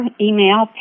email